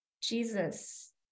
Jesus